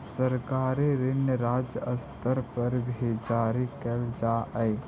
सरकारी ऋण राज्य स्तर पर भी जारी कैल जा हई